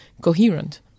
coherent